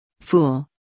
fool